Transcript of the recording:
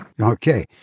Okay